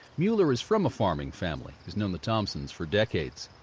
mueller is from a farming family he's known the thompsons for decades.